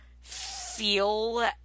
feel